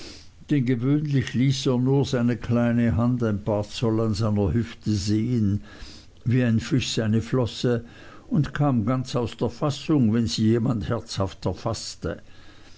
denn gewöhnlich ließ er nur seine kleine hand ein paar zoll an seiner hüfte sehen wie ein fisch seine flosse und kam ganz aus der fassung wenn sie jemand herzhaft er